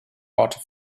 water